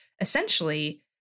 Essentially